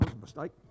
mistake